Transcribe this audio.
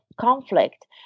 conflict